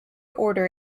order